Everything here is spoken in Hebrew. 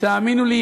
שתאמינו לי,